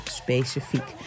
specifiek